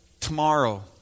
tomorrow